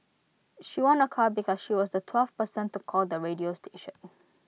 she won A car because she was the twelfth person to call the radio station